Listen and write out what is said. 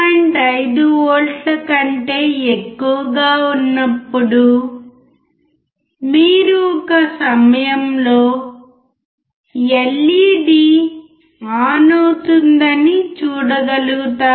5 వోల్ట్ల కంటే ఎక్కువగా ఉన్నప్పుడు మీరు ఒక సమయంలో ఎల్ఈడీ లో ఆన్ అవుతుంది అని చూడగలుగుతారు